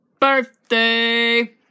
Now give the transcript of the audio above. birthday